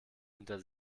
hinter